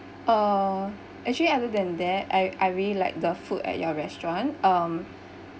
uh actually other than that I I really like the food at your restaurant um